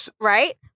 Right